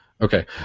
Okay